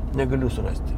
negaliu surasti